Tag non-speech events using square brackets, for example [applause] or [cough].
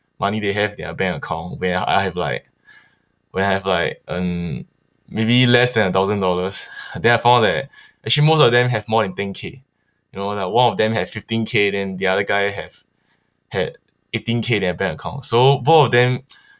money they have their bank account when I have like when I have like um maybe less than a thousand dollars [laughs] then I found out that actually most of them have more than ten K you know like one of them had fifteen K then the other guy have had eighteen K in their bank account so both of them